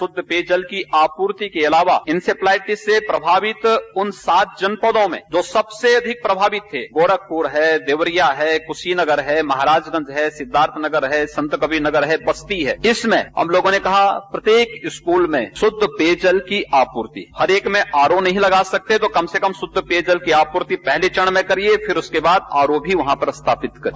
शुद्ध पेयजल की आपूर्ति के अलावा इंसेफ्लाइटिस से प्रभावित उन सात जनपदों में जो सबसे अधिक प्रभावित थे गोरखपुर है देवरिया है कुशीनगर है महराजगंज सिद्दार्थनगर संतकबीर नगर है बस्ती है इसमें हम लोगों ने कहा कि शुद्ध पेयजल की आपूर्ति हर एक आरो नहीं लगा सकते तो हम कम से कम शुद्ध पेयजल की आपूर्ति पहले चरण में कराये फिर उसके बाद आरो भी स्थापित करे